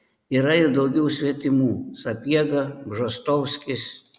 yra ir daugiau svetimų sapiega bžostovskis